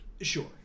Sure